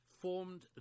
formed